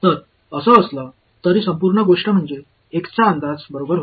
तर असं असलं तरी संपूर्ण गोष्ट म्हणजे एक्सचा अंदाज बरोबर होता